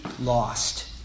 lost